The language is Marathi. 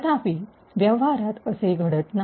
तथापि व्यवहारात असेच घडत नाही